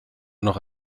noch